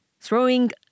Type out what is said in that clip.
throwing